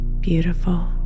beautiful